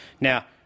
Now